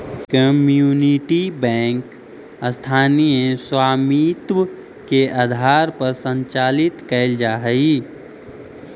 community bank स्थानीय स्वामित्व के आधार पर संचालित कैल जा हइ